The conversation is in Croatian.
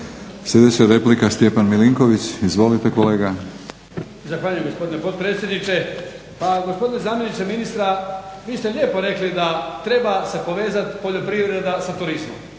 Sljedeća replika Stjepan Milinković. Izvolite, kolega. **Milinković, Stjepan (HDZ)** Zahvaljujem gospodine potpredsjedniče. Pa gospodine zamjeniče ministra vi ste lijepo rekli da treba se povezati poljoprivreda sa turizmom.